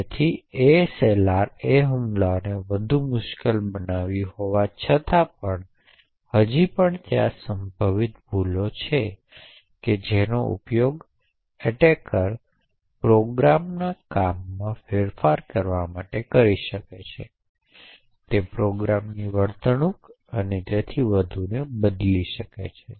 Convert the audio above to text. તેથી ASLR એ હુમલાઓને વધુ મુશ્કેલ બનાવ્યું હોવા છતાં પણ હજી ત્યાં સંભવિત ભૂલો છે કે જેનો ઉપયોગ એટેકર પ્રોગ્રામના કામમાં ફેરફાર કરવા માટે કરી શકે છે તે પ્રોગ્રામની વર્તણૂક અને તેથી વધુને બદલી શકે છે